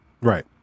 Right